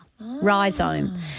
rhizome